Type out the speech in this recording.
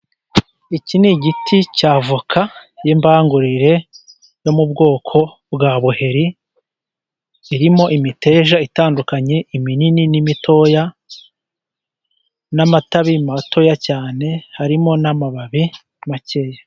Iki ni igiti cya avoka y'imbangurire yo mu bwoko bwa buheri, irimo imiteja itandukanye, iminini n'imitoya, n'amatabi matoya cyane, harimo n'amababi makeya.